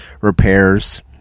repairs